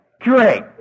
Great